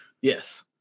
yes